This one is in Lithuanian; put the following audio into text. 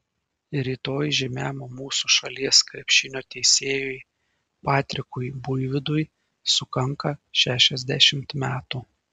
rytoj žymiam mūsų šalies krepšinio teisėjui patrikui buivydui sukanka šešiasdešimt metų